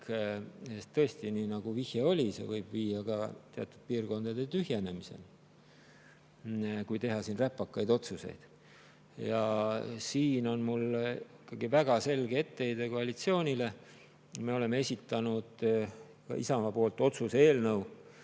Tõesti, nii nagu vihje oli, see võib viia ka teatud piirkondade tühjenemiseni, kui teha räpakaid otsuseid. Siin on mul väga selge etteheide koalitsioonile. Isamaa on esitanud otsuse eelnõu